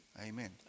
Amen